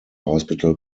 hospital